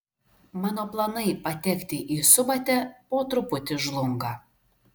mano planai patekti į subatę po truputį žlunga